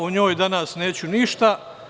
O njoj danas neću ništa.